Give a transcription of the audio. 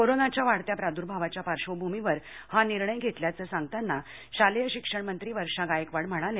कोरोनाच्या वाढत्या प्रादुर्भावाच्या पार्श्वभूमीवर हा निर्णय घेतल्याचं सांगताना शालेय शिक्षणमंत्री वर्षा गायकवाड म्हणाल्या